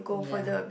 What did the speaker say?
yeah